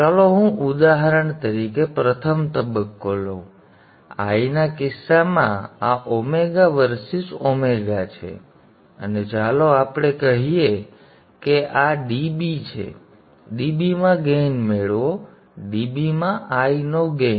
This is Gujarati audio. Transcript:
ચાલો હું ઉદાહરણ તરીકે પ્રથમ તબક્કો લઉં I ના કિસ્સામાં આ ઓમેગા વર્સિસ ઓમેગા છે અને ચાલો આપણે કહીએ કે આ dB છે dBમાં ગેઇન મેળવો dB માં I નો ગેઇન